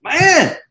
man